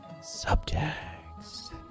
subjects